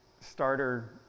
starter